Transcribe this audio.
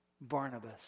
Barnabas